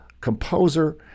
composer